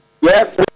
Yes